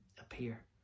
appear